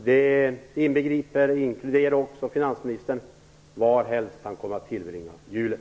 Det inkluderar även finansministern, varhelst han kommer att tillbringa julen.